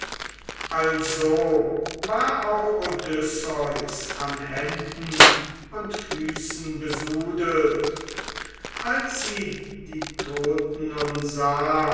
also war auch odysseus an händen und füßen besudelt als sie die toten nun sah